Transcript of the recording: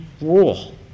rule